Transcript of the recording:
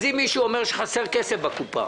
אז אם מישהו אומר שחסר כסף בקופה